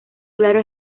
claro